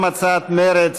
הצעת סיעת מרצ